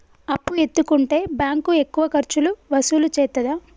అప్పు ఎత్తుకుంటే బ్యాంకు ఎక్కువ ఖర్చులు వసూలు చేత్తదా?